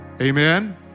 Amen